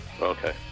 Okay